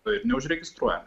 to ir neužregistruoja